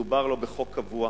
לא מדובר בחוק קבוע,